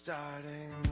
Starting